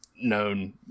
known